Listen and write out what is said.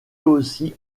aussi